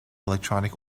electronic